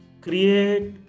Create